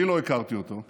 אני לא הכרתי אותו.